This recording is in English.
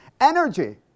energy